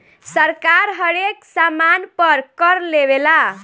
सरकार हरेक सामान पर कर लेवेला